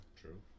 True